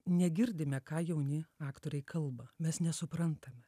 negirdime ką jauni aktoriai kalba mes nesuprantame